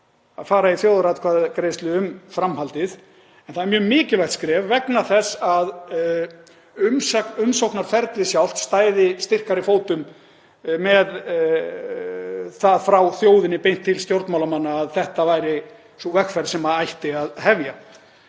að fara í þjóðaratkvæðagreiðslu um framhaldið. En það er mjög mikilvægt skref vegna þess að umsóknarferlið sjálft stæði styrkari fótum með það frá þjóðinni beint til stjórnmálamanna að þetta væri sú vegferð sem ætti að hefja.